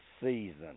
season